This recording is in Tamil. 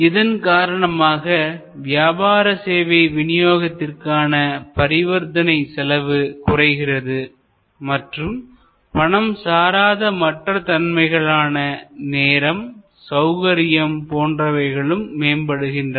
இதன்காரணமாக வியாபார சேவை விநியோகத்திற்கான பரிவர்த்தனை செலவு குறைகிறது மற்றும் பணம் சாராத மற்ற தன்மைகளான நேரம் சௌகரியம் போன்றவைகளும் மேம்படுகின்றன